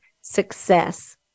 success